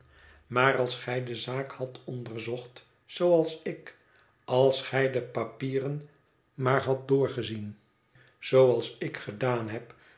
maar als gij de zaak hadt onderzocht zooals ik als gij de papieren maar hadt doorgezien zooals ik gedaan heb